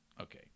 okay